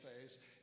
phase